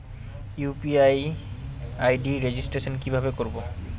UPI ID registration কিভাবে করব?